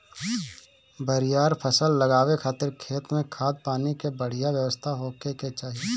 बरियार फसल लगावे खातिर खेत में खाद, पानी के बढ़िया व्यवस्था होखे के चाही